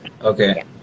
Okay